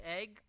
egg